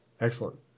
Excellent